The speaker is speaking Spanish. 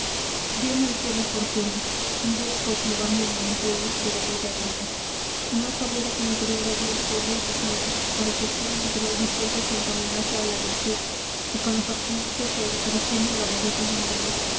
diome el cielo fortuna sin duda por probarme en el empleo que de ella haría y más valiera que me criara dios pobre y desnudo para que así mi natural vicioso se encaminase a la virtud y con las abstinencias se educara firme y valerosa mi alma